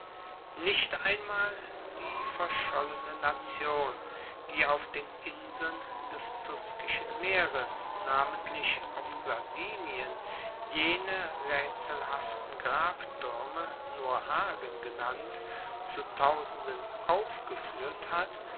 nicht einmal die verschollene nation die auf den inseln des tuskischen meeres namentlich auf sardinien jene raetselhaften grabtuerme nurhagen genannt zu tausenden aufgefuehrt hat